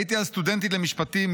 הייתי אז סטודנטית למשפטים,